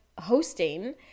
hosting